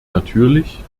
natürlich